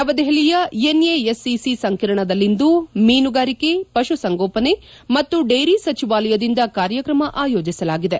ನವದೆಹಲಿಯ ಎನ್ಎಎಸ್ಒಿಸಿ ಸಂಕೀರ್ಣದಲ್ಲಿಂದು ಮೀನುಗಾರಿಕೆ ಪಶು ಸಂಗೋಪನೆ ಮತ್ತು ಡೇರಿ ಸಚಿವಾಲಯದಿಂದ ಕಾರ್ಯಕ್ರಮ ಆಯೋಜಸಲಾಗಿದೆ